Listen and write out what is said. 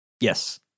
Yes